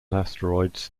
asteroids